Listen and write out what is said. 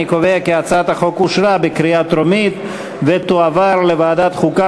אני קובע כי הצעת החוק אושרה בקריאה טרומית ותועבר לוועדת החוקה,